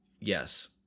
Yes